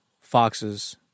foxes